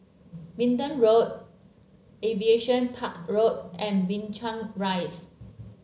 Minden Road Aviation Park Road and Binchang Rise